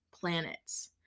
planets